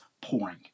pouring